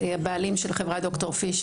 אני הבעלים של חברת ד"ר פישר.